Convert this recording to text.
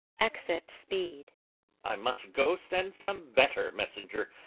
exit speed i must go send some better messenger.